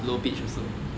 low pitched also